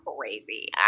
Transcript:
Crazy